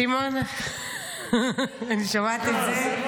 --- סימון, אני שומעת את זה.